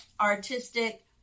artistic